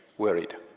worried.